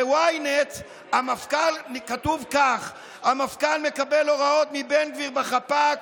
ב-ynet כתוב כך: המפכ"ל מקבל הוראות מבן גביר בחפ"ק,